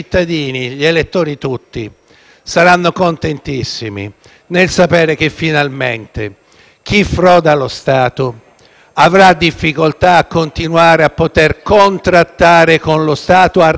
saranno contentissimi nel sapere che, finalmente, chi froda lo Stato avrà difficoltà a continuare a contrattare con lo Stato e a rappresentare lo Stato.